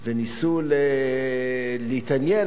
וניסו להתעניין.